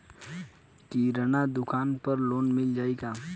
किराना दुकान पर लोन मिल जाई का?